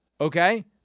Okay